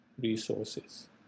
resources